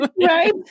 Right